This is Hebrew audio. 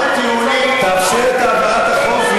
תאשר את הצעת החוק,